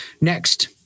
Next